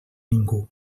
ningú